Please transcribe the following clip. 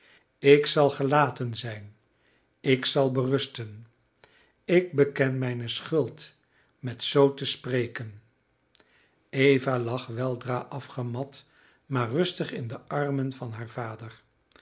ik zal gelaten zijn ik zal berusten ik beken mijne schuld met zoo te spreken eva lag weldra afgemat maar rustig in de armen van haren vader